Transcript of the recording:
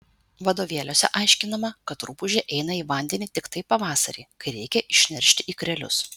vadovėliuose aiškinama kad rupūžė eina į vandenį tiktai pavasarį kai reikia išneršti ikrelius